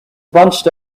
bunched